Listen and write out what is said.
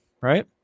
Right